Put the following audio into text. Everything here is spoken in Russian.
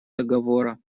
договора